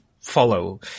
follow